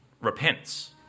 repents